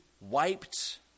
wiped